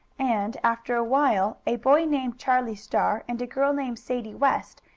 and, after a while, a boy named charlie star, and a girl, named sadie west,